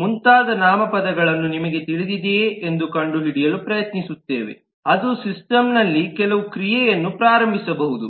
ಮುಂತಾದ ನಾಮಪದಗಳನ್ನು ನಿಮಗೆ ತಿಳಿದಿದೆಯೇ ಎಂದು ಕಂಡುಹಿಡಿಯಲು ಪ್ರಯತ್ನಿಸುತ್ತೇವೆ ಅದು ಸಿಸ್ಟಮನಲ್ಲಿ ಕೆಲವು ಕ್ರಿಯೆಯನ್ನು ಪ್ರಾರಂಭಿಸಬಹುದು